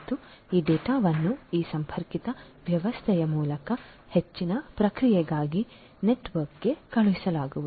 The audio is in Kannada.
ಮತ್ತು ಈ ಡೇಟಾವನ್ನು ಈ ಸಂಪರ್ಕಿತ ವ್ಯವಸ್ಥೆಯ ಮೂಲಕ ಹೆಚ್ಚಿನ ಪ್ರಕ್ರಿಯೆಗಾಗಿ ನೆಟ್ವರ್ಕ್ಗೆ ಕಳುಹಿಸಲಾಗುವುದು